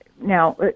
now